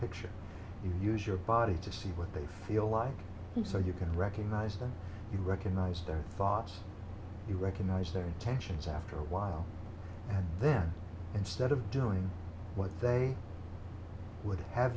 picture you use your body to see what they feel like so you can recognize them you recognize their thoughts you recognize their intentions after a while and then instead of doing what they would have